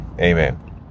Amen